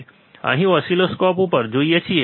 આપણે અહીં ઓસિલોસ્કોપ પર શું જોઈએ છીએ